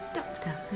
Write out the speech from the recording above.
Doctor